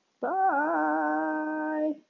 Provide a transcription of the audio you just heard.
Bye